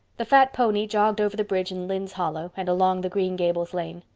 the fat pony jogged over the bridge in lynde's hollow and along the green gables lane.